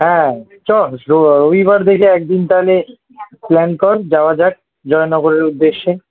হ্যাঁ চ রবিবার দেখে একদিন তাহলে প্ল্যান কর যাওয়া যাক জয়নগরের উদ্দেশ্যে